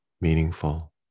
meaningful